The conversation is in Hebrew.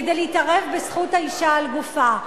כדי להתערב בזכות האשה על גופה.